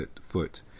foot